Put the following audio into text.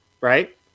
right